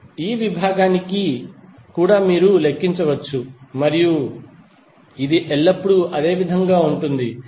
అదేవిధంగా ఈ విభాగానికి కూడా మీరు లెక్కించవచ్చు మరియు మీ ఇది ఎల్లప్పుడూ అదే విధంగా ఉంటుంది